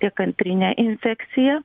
tiek antrinę infekciją